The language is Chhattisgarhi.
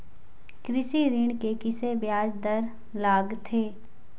कृषि ऋण के किसे ब्याज दर लगथे?